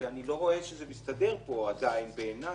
אני לא רואה זה מסדר פה עדיין בעיניי,